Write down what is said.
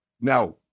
now